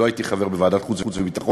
ולא הייתי חבר בוועדת החוץ והביטחון.